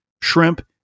shrimp